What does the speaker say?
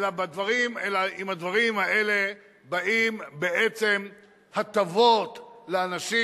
אלא עם הדברים האלה באות בעצם הטבות לאנשים,